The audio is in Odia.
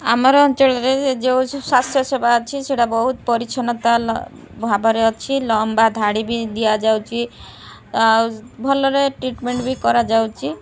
ଆମର ଅଞ୍ଚଳରେ ଯୋଉ ସ୍ୱାସ୍ଥ୍ୟ ସେବା ଅଛି ସେଇଟା ବହୁତ ପରିଚ୍ଛନ୍ନତା ଭାବରେ ଅଛି ଲମ୍ବା ଧାଡ଼ି ବି ଦିଆଯାଉଛି ଆଉ ଭଲରେ ଟ୍ରିଟମେଣ୍ଟ୍ ବି କରାଯାଉଛି